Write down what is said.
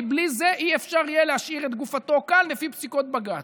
כי בלי זה אי-אפשר יהיה להשאיר את גופתו כאן לפי פסיקות בג"ץ.